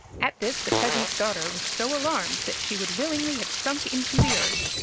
at this the peasant's daughter was so alarmed that she would willingly have sunk into the earth,